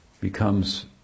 becomes